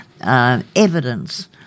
evidence